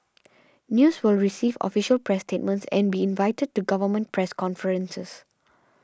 News will receive official press statements and be invited to government press conferences